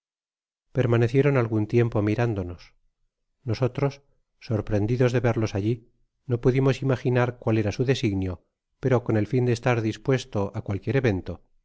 permanecieron algun tiempo mirándonos nosotros sorprendidos de verlos aili no pudimos imaginar cuál era su designio pero con el fia de estar dispuesto á cualquier evento